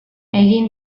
egin